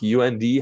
UND